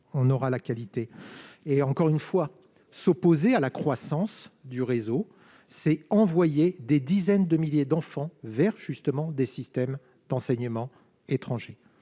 on aura la qualité, et encore une fois s'opposer à la croissance du réseau c'est envoyé des dizaines de milliers d'enfants vers, justement des systèmes d'enseignement étrangers,